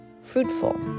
fruitful